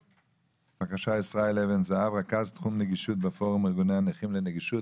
רכז תחום נגישות בפורום ארגוני הנכים לנגישות.